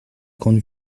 grande